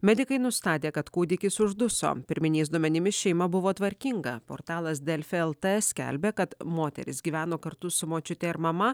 medikai nustatė kad kūdikis užduso pirminiais duomenimis šeima buvo tvarkinga portalas delfi lt skelbia kad moteris gyveno kartu su močiute ir mama